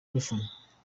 bafana